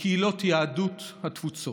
יהדות התפוצות.